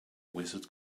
wizard